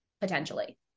potentially